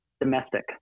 domestic